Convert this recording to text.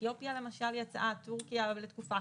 אתיופיה למשל יצאה, תורכיה לתקופה.